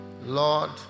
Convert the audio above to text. Lord